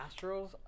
Astros